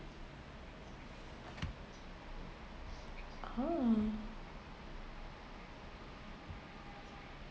ah